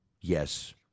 yes